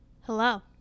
Hello